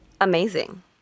Amazing